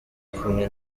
kumwe